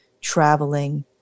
traveling